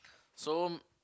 so